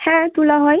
হ্যাঁ তোলা হয়